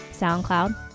SoundCloud